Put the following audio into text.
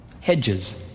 Hedges